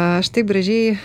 aš taip gražiai